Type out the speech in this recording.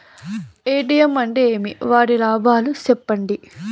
ATM అంటే ఏమి? వాటి లాభాలు సెప్పండి